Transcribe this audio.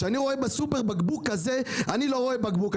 כשאני רואה בסופרמרקט בקבוק כזה אני לא רואה בקבוק,